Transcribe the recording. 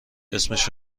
اسمش